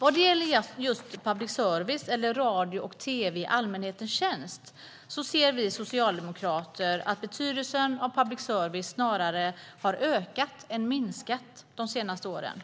Vad gäller just public service, eller radio och tv i allmänhetens tjänst, ser vi socialdemokrater att betydelsen av detta snarare har ökat än minskat de senaste åren.